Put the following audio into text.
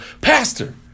pastor